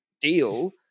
deal